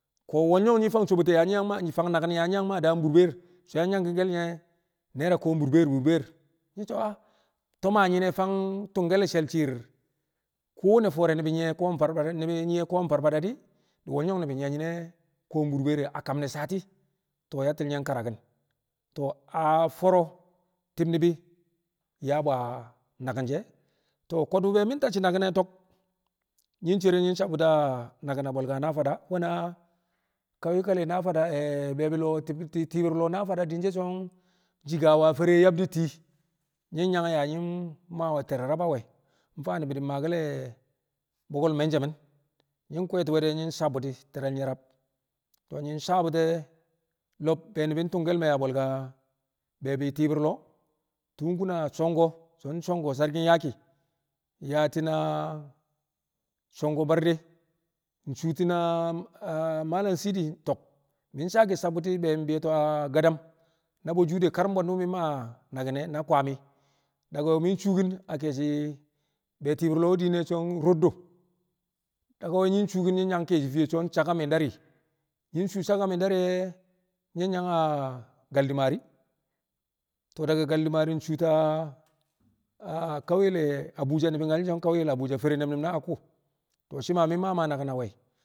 Ko̱ wolyong nyi̱ fang maa sobote yaa nyi̱ fang naki̱n nyi̱ yang maa daam burbeer so̱ yang nyanki̱ke̱l nye̱ naira kom burbeer burbeer nyi̱ so̱ a to̱o̱ ma nyine fang tu̱ngke̱l ke̱e̱shi̱ shi̱i̱r kowane fo̱o̱re̱ ni̱bi̱ nyi̱ye̱ kom farfar ni̱bi̱ nyi̱ye̱ kom farfar di̱ wolnong ni̱bi̱ nyi̱ye̱ nyine kom burbeer a kam ne̱ sati to̱o̱ yati̱l nye̱ nkaraki̱n to̱o̱ a fo̱o̱ro̱ ti̱b ni̱bi̱ nyaa bu̱ naki̱n she̱ ko̱du̱ be mi̱ tacci̱ naki̱n ne̱ to̱k nyi̱ cere nyi̱ sabu̱ti̱ a naki̱n a bwe̱lka Nafada we̱na kayukal le̱ Nafada a be̱e̱bi̱ lo̱o̱ ti̱b- ti̱i̱bi̱r lo̱o̱ Nafada di̱n she̱ so̱ Jigawa fere yabdi̱ tii nyi̱ yang yaa nyi maawe̱ te̱re̱ rab a we̱ mfa ni̱bi̱ di̱ maake̱l le̱ bo̱ko̱l me̱nse̱mi̱n nyi̱ kwe̱e̱ti̱ we̱ de̱ nyi̱ sabu̱ti̱ te̱re̱l nye̱ rab to̱o̱ nyi̱ sabu̱ti̱ lo̱b be ni̱bi̱ tu̱ngke̱l le̱ me̱ a bwe̱lka ti̱i̱bi̱r lo̱o̱ tu̱u̱ kun a Shonko so̱ Shonko Sarkin Yaki nyaati̱n a Shongo Barde nshu̱u̱ti̱n a- a Mallam Sidi to̱k mi̱ sake sabu̱ti̱ be mi̱ mbi̱yo̱ a Gadam na Bojude kar bwe̱ndi̱ mi̱ maa naki̱n ne̱ na Kwami daga we̱ mi̱ nshu̱u̱ki̱n a ke̱e̱shi̱ be ti̱i̱bi̱r lo̱o̱ wu̱ diin e so̱ Nroddo a nyi̱ shu̱u̱ki̱n nyi̱ yang ke̱e̱shɪ fiye so̱ Nchakamindari nyi̱ shu̱u̱ Chakamindari e nyi̱ nyang a Galdimari to̱o̱ daga Galdimari nshu̱u̱ta a kauye le̱ Abuja ni̱bi̱ nyal shi̱ so̱ kauye le̱ Abuja fere ne̱m ne̱m na Akko ko̱ shi̱ ma mi̱ ma ma naki̱n a we̱.